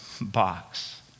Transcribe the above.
box